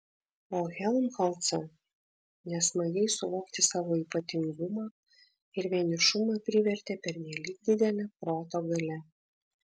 o helmholcą nesmagiai suvokti savo ypatingumą ir vienišumą privertė pernelyg didelė proto galia